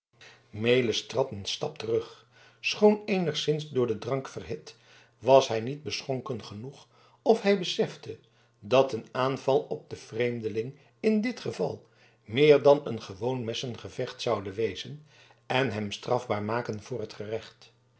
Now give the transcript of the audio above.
trad een stap terug schoon eenigszins door den drank verhit was hij niet beschonken genoeg of hij besefte dat een aanval op den vreemdeling in dit geval meer dan een gewoon messengevecht zoude wezen en hem strafbaar maken voor het gerecht